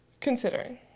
Considering